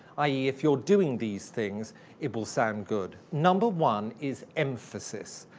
i e, if you're doing these things it will sound good. number one is emphasis.